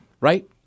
right